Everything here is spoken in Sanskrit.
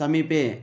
समीपे